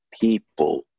people